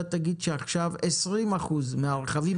אתה תגיד שעכשיו עשרים אחוזים מהרכבים